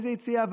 איזה יציאה.